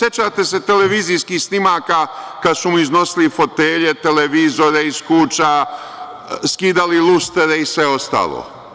Sećate se televizijskih snimaka kada su mu iznosili fotelje, televizore iz kuća, skidali lustere i sve ostalo?